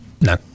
No